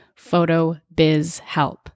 PHOTOBIZHELP